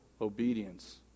obedience